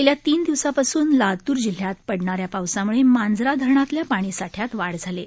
गेल्या तीन दिवसापास्न लातूर जिल्ह्यात पडणाऱ्या पावसाम्ळे मांजरा धरणातल्या पाणीसाठ्यात वाढ झाली आहे